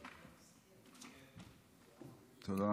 תודה.